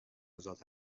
آزاد